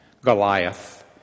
Goliath